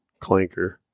clanker